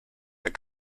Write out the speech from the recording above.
that